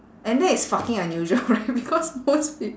and that is fucking unusual right because most peop~